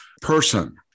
person